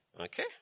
Okay